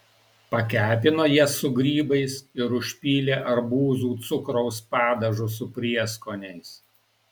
pakepino jas su grybais ir užpylė arbūzų cukraus padažu su prieskoniais